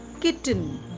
kitten